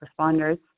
responders